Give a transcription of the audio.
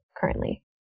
currently